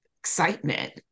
Excitement